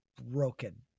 broken